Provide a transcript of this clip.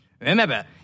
Remember